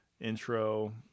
Intro